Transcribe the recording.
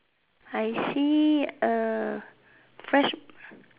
I see a fresh